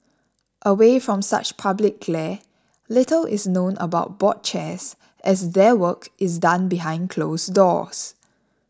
away from such public glare little is known about board chairs as their work is done behind close doors